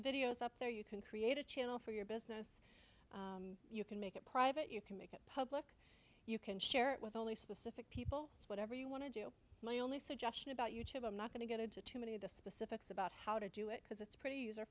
videos up there you can create a channel for your business you can make it private you can make it public you can share it with only specific people whatever you want to do my only suggestion about you tube i'm not going to get into too many of the specifics about how to do it because it's pretty user